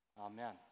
Amen